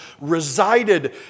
resided